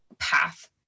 path